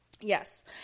Yes